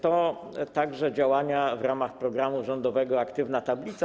To także działania w ramach programu rządowego „Aktywna tablica”